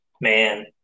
Man